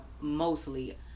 mostly